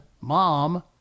mom